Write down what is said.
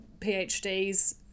PhDs